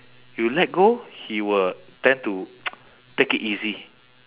you let go he will tend to take it easy